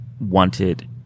wanted